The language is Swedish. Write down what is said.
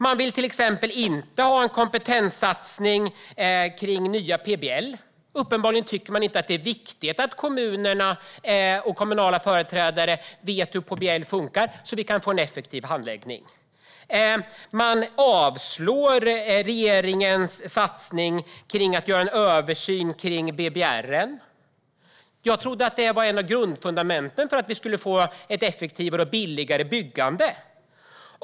Partiet vill inte ha en kompetenssatsning på nya PBL. Uppenbarligen tycker man inte att det är viktigt att kommunala företrädare vet hur PBL funkar så att det blir en effektiv handläggning. Man yrkar avslag på regeringens satsning på att göra en översyn av BBR. Jag trodde att det var ett av grundfundamenten för att få ett effektivare och billigare byggande.